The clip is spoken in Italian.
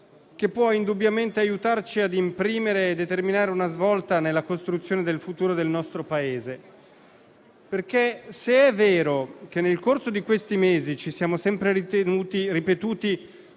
aiutarci ad imprimere e determinare una svolta nella costruzione del futuro del nostro Paese, perché, se è vero che nel corso di questi mesi ci siamo sempre ripetuti